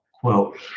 quote